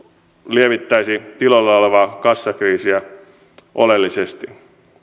lievittäisivät tiloilla olevaa kassakriisiä oleellisesti